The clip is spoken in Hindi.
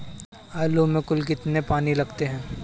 आलू में कुल कितने पानी लगते हैं?